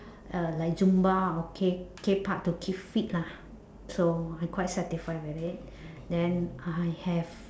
uh like zumba or K K part to keep fit lah so I'm quite satisfied with it then I have